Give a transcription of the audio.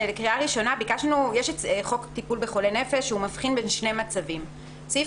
יש את חוק טיפול בחולי נפש שמבחין בין שני מצבים: סעיף